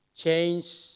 change